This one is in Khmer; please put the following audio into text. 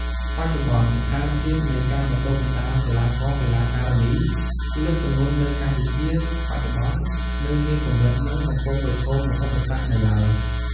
បច្ចុប្បន្នស្ថានភាពនៃការបណ្តុះបណ្តាលកីឡាករ-កីឡាការិនីលើកទម្ងន់នៅកម្ពុជាបច្ចុប្បន្ននៅមានកម្រិត និងកំពុងប្រឈមនឹងឧបសគ្គនៅឡើយ។